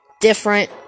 different